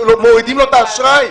מורידים לו את האשראי.